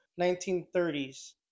1930s